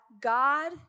God